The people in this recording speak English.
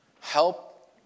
Help